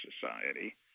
Society